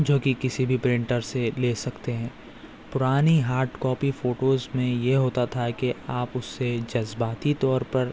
جو کہ کسی بھی پرنٹر سے لے سکتے ہیں پرانی ہارڈ کاپی فوٹوز میں یہ ہوتا تھا کہ آپ اس سے جذباتی طور پر